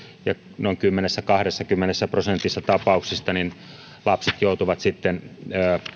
ja noin kymmenessä viiva kahdessakymmenessä prosentissa tapauksista lapset joutuvat sitten